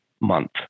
month